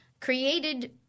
created